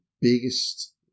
biggest